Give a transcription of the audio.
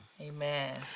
Amen